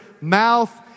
mouth